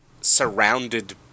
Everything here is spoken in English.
surrounded